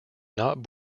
not